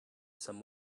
some